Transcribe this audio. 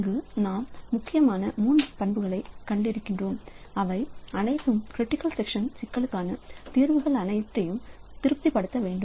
இங்கு நாம் முக்கியமான மூன்று பண்புகளை கண்டிருக்கிறோம் அவை அனைத்தும் கிரிட்டிக்கல் செக்சன் சிக்கலுக்கான தீர்வுகள் அனைத்தையும் திருப்திபடுத்த வேண்டும்